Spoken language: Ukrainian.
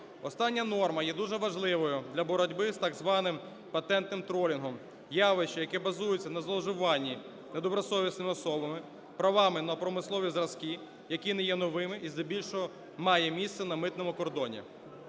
Остання норма є дуже важливою для боротьби з так званим "патентним тролінгом", явища, яке базується на зловживанні недобросовісними особами правами на промислові зразки, які не є новими, і здебільшого має місце на митному кордоні.